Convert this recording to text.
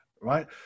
right